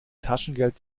taschengeld